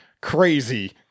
crazy